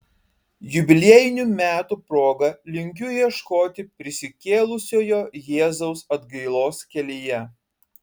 jubiliejinių metų proga linkiu ieškoti prisikėlusiojo jėzaus atgailos kelyje